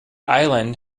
island